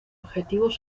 objetivos